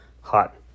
hot